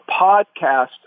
podcast